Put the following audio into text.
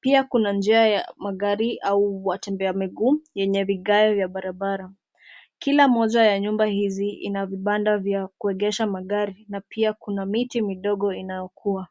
Pia kuna njia ya magari au watembea miguu yenye vigae vya barabara. Kila moja ya nyumba hizi ina vibanda vya kuegesha magari na pia kuna miti midogo inaokua.